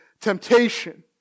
temptation